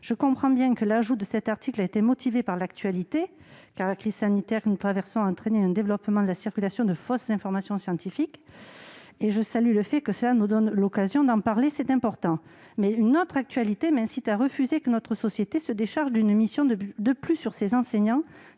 Je comprends bien que l'introduction de cet article dans le projet de loi a été motivée par l'actualité : la crise sanitaire que nous traversons a entraîné une accélération de la circulation de fausses informations scientifiques, et je salue le fait que cela nous donne l'occasion d'en parler : c'est important. Mais une autre actualité m'incite à refuser que notre société se décharge d'une mission de plus sur ces enseignants